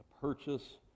purchase